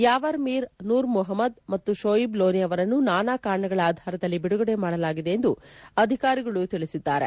ಯಾವರ್ ಮೀರ್ ನೂರ್ ಮೊಹಮ್ಮದ್ ಮತ್ತು ಶೋಯಿಬ್ ಲೋನೆ ಅವರನ್ನು ನಾನಾ ಕಾರಣಗಳ ಆಧಾರದಲ್ಲಿ ಬಿಡುಗಡೆ ಮಾಡಲಾಗಿದೆ ಎಂದು ಅಧಿಕಾರಿಗಳು ತಿಳಿಸಿದ್ದಾರೆ